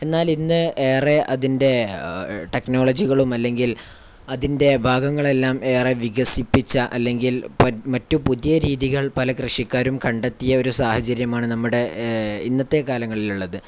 എന്നാൽ ഇന്ന് ഏറെ അതിൻ്റെ ടെക്നോളജികളും അല്ലെങ്കിൽ അതിൻ്റെ ഭാഗങ്ങളെല്ലാം ഏറെ വികസിപ്പിച്ച അല്ലെങ്കിൽ മറ്റു പുതിയ രീതികൾ പല കൃഷിക്കാരും കണ്ടെത്തിയ ഒരു സാഹചര്യമാണ് നമ്മുടെ ഇന്നത്തെ കാലങ്ങളിലുള്ളത്